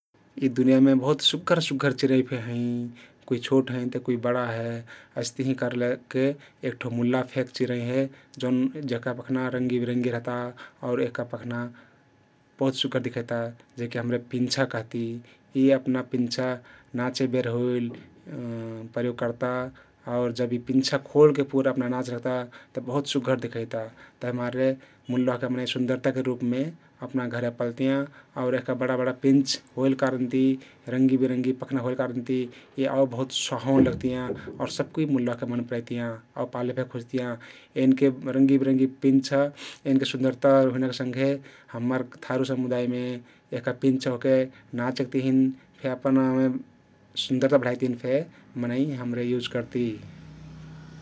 यी दुनियामे बाहुत सुग्घर सुग्घर चिरैं फे हँइ कुइ छोट हँइ ते कुइ बाडा हे । अइस्तहिं करलेके एक ठो मुल्ला फेक चिरैं हे जउन जेहका पख्ना रङ्गीबिरङ्गी रहता आउर यहका पख्ना बहुत सुग्घर दिखैता जेहके हम्रे पिंछा कहती । यी अपना पिंछा नाचेबेर होइल प्रयोग कर्ता आउर जब यी पिंछा खोलके पुरा नाचत रहता तउ बहुत सुग्घर दिखैता । ताभिमारे मुल्ला ओहके मनै सुन्दरताके रुपमे अपना घरे पलतियाँ आउर यहका बडा बडा पिंछ होइल कारनति रङ्गिबिरङ्गि पख्ना होइल कारनति यी आउ बहुत सुहावन लगतियाँ आउर सबकुइ मुल्ला ओहके मन परैतियाँ आउ पाले फे खुज्तियाँ । एनके रङ्गिबिरङ्गगि पिंछा एनके सुन्दरता हुइनाके सँघे हम्मर थारु समुदायमे यहका पिंछ ओहके नाचेक तहि फे सुन्दरता बढाइक तहिन फे मनै हमरे युज करती ।